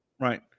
right